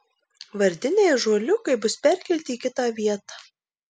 vardiniai ąžuoliukai bus perkelti į kitą vietą